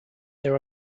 there